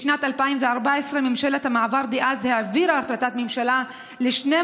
בשנת 2014 ממשלת המעבר דאז העבירה החלטת ממשלה ל-12